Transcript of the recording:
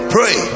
Pray